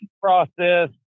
process